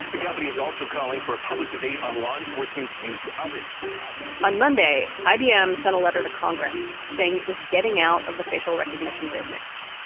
the company is also calling for a public debate on law enforcement's use of it on monday, ibm sent a letter to congress saying it was getting out of the facial recognition business.